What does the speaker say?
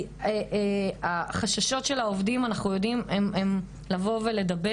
אנחנו יודעים על החששות של העובדים לבוא ולדבר.